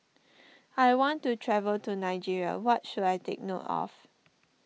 I want to travel to Nigeria what should I take note of